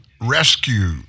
rescue